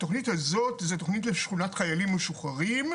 התכנית הזו היא תכנית לשכונת חיילים משוחררים.